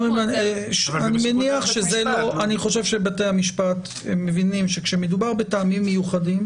אני חושב שבתי המשפט מבינים שכאשר מדובר בטעמים מיוחדים,